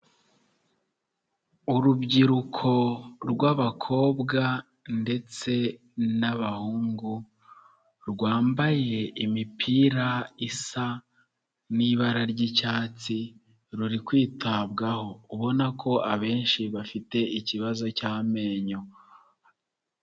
Urubyiruko rw'abakobwa ndetse n'abahungu rwambaye imipira isa n'ibara ry'icyatsi, ruri kwitabwaho ubona ko abenshi bafite ikibazo cy'amenyo.